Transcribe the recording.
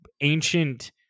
ancient